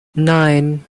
nine